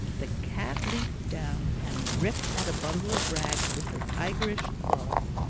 the cat leaped down and ripped at a bundle of rags with her tigerish claws,